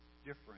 different